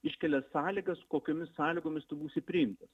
iškelia sąlygas kokiomis sąlygomis tu būsi priimtas